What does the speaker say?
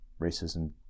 racism